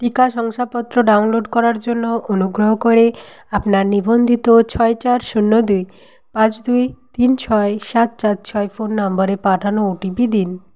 টিকা শংসাপত্র ডাউনলোড করার জন্য অনুগ্রহ করে আপনার নিবন্ধিত ছয় চার শূন্য দুই পাঁচ দুই তিন ছয় সাত চার ছয় ফোন নাম্বারে পাঠানো ওটিপি দিন